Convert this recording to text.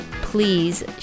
please